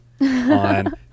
on